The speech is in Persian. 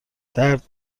درد